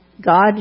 God